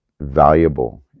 valuable